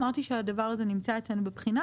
אמרתי שהדבר הזה נמצא אצלנו בבחינה.